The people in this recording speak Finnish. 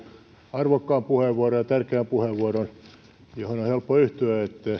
arvokkaan ja tärkeän puheenvuoron johon on helppo yhtyä